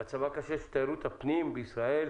הדיון על מצבה הקשה של תיירות הפנים בישראל,